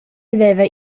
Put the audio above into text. haveva